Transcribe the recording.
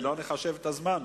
ולא נחשב את הזמן,